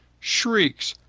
shrieks,